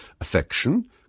Affection